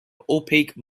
opaque